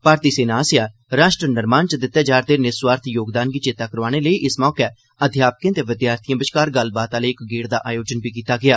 भारती सेना आसेआ राष्ट्र निर्माण च दित्ते जा'रदे निस्वार्थ योगदान गी चेत्ता करोआने लेई इस मौके अध्यापकें ते विद्यार्थिएं बश्कार गल्लबात आह्ले इक गेड़ दा आयोजन बी कीता गेआ